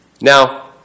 Now